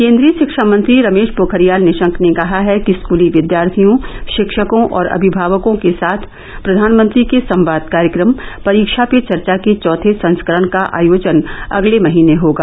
केन्द्रीय शिक्षा मंत्री रमेश पोखरियाल निशंक ने कहा है कि स्कूली विद्यार्थियों शिक्षकों और अभिभावकों के साथ प्रधानमंत्री के संवाद कार्यक्रम परीक्षा पे चर्चा के चौथे संस्करण का आयोजन अगले महीने होगा